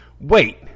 Wait